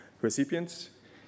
recipients